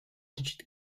digit